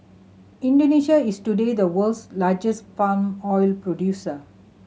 Indonesia is today the world's largest palm oil producer